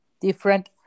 different